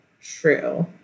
true